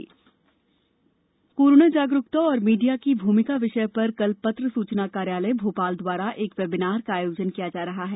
webinar corona जागरूकता और media की भूमिका विषय पर कल पत्र सूचना कार्यालय भोपाल द्वारा एक वेबिनार का आयोजन किया जा रहा है